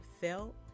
felt